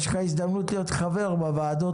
יש לך הזדמנות להיות חבר בוועדות האלה.